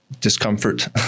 discomfort